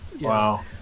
wow